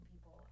people